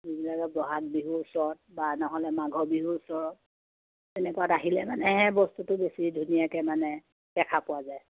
ব'হাগ বিহুৰ ওচৰত বা নহ'লে মাঘৰ বিহুৰ ওচৰত তেনেকুৱাত আহিলে মানে বস্তুটো বেছি ধুনীয়াকে মানে দেখা পোৱা যায়